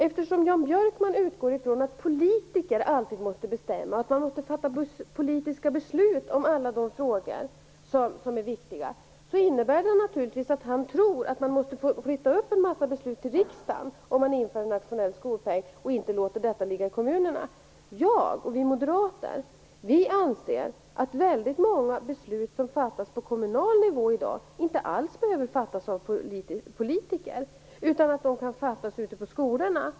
Eftersom Jan Björkman utgår ifrån att politiker alltid måste bestämma och att man måste fatta politiska beslut om alla viktiga frågor tror han naturligtvis att man måste flytta upp en massa beslut till riksdagen om man inför en nationell skolpeng och inte låter detta ligga hos kommunerna. Vi moderater anser att väldigt många beslut som fattas på kommunal nivå i dag inte alls behöver fattas av politiker. De kan fattas ute på skolorna.